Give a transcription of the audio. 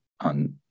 on